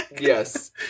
yes